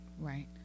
Right